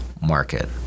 market